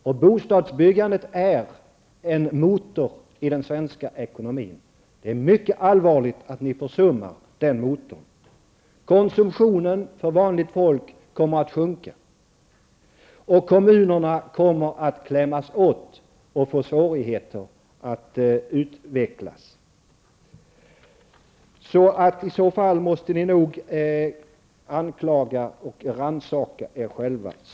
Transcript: Och bostadsbyggandet är en motor i den svenska ekonomin. Det är mycket allvarligt att ni försummar den motorn. Konsumtionen för vanligt folk kommer att sjunka, och kommunerna kommer att klämmas åt och få svårigheter att utvecklas. I så fall måste ni nog anklaga och rannsaka er själva.